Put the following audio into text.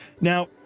Now